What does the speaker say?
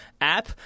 app